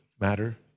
matter